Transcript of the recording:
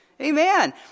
Amen